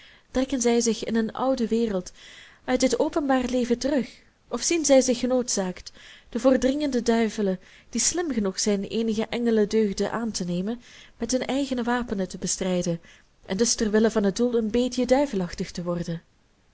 trekken zij zich in een oude wereld uit het openbaar leven terug of zien zij zich genoodzaakt de voort dringende duivelen die slim genoeg zijn eenige engelen deugden aantenemen met hunne eigene wapenen te bestrijden en dus ter wille van het doel een beetje duivelachtig te worden